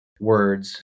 words